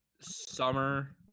summer